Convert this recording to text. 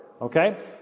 Okay